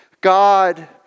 God